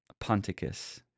Ponticus